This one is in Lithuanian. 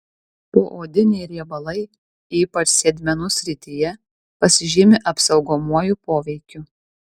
poodiniai riebalai ypač sėdmenų srityje pasižymi apsaugomuoju poveikiu